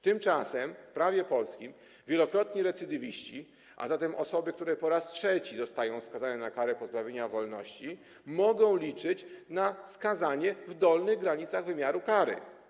Tymczasem, szanowni państwo, w prawie polskim wielokrotni recydywiści, a zatem osoby, które po raz trzeci zostają skazane na karę pozbawienia wolności, mogą liczyć na skazanie w dolnych granicach wymiaru kary.